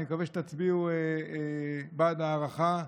אני מקווה שתצביעו בעד הארכה,